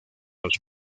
los